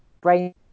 brain